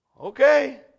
Okay